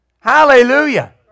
hallelujah